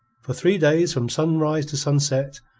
for three days from sunrise to sunset,